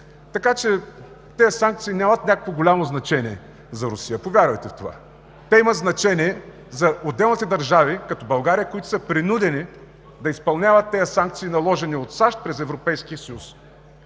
Така че тези санкции нямат някакво голямо значение за Русия, повярвайте в това. Те имат значение за отделните държави като България, които са принудени да изпълняват тези санкции, наложени от САЩ през Европейския съюз.